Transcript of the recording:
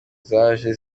zaje